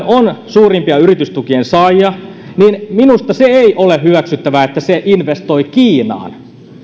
on suurimpia yritystukien saajia niin että minusta ei ole hyväksyttävää että se investoi kiinaan